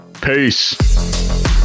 Peace